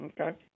Okay